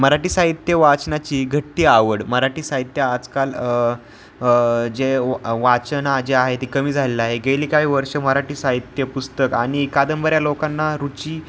मराठी साहित्य वाचनाची घटती आवड मराठी साहित्य आजकाल जे वाचना जे आहे ती कमी झालेलं आहे गेली काही वर्ष मराठी साहित्य पुस्तक आणि कादंबऱ्या लोकांना रुची